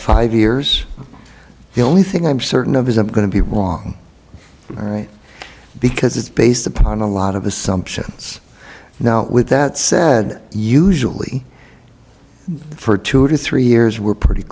five years the only thing i'm certain of his i'm going to be wrong all right because it's based upon a lot of assumptions now with that said usually for two to three years we're pretty